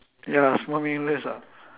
ya small meaningless lah